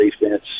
defense